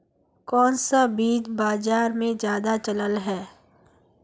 कोन सा बीज बाजार में ज्यादा चलल है?